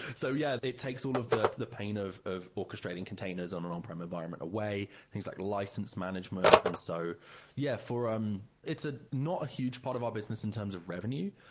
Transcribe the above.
so yeah, it takes all of the the pain of of orchestrating containers on an on-prem environment away, things like license management. and so yeah, um it's ah not a huge part of our business in terms of revenue,